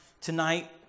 tonight